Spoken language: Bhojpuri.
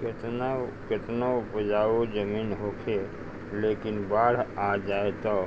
केतनो उपजाऊ जमीन होखे लेकिन बाढ़ आ जाए तअ